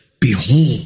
behold